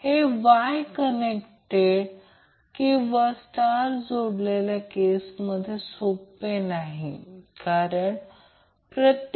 इथे ते Vab negative आहे इथे Vbc पॉझिटिव्ह आहे त्यामुळे कोणताही गोंधळ होऊ नये